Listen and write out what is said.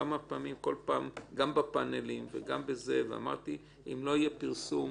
גם בפאנלים ובעוד מקומות ואמרתי שאם לא יהיה פרסום